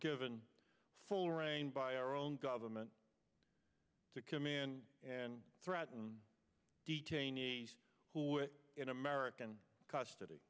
given full reign by our own government to come in and threaten detainees who were in american custody